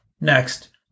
Next